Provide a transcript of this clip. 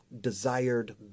desired